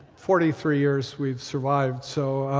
forty three years we've survived, so,